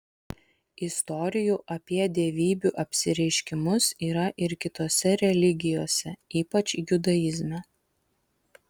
istorijų apie dievybių apsireiškimus yra ir kitose religijose ypač judaizme